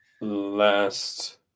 last